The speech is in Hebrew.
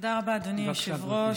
תודה רבה, אדוני היושב-ראש.